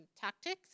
Tactics